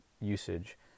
usage